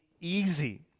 easy